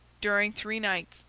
during three nights,